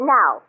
Now